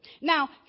Now